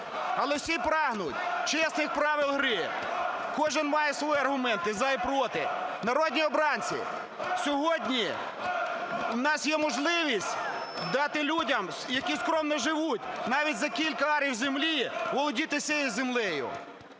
але всі прагнуть чесних правил гри, кожен має свій аргумент і за, і проти. Народні обранці, сьогодні у нас є можливість дати людям, які скромно живуть навіть за кілька арів землі, володіти всією землею.